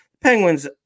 Penguins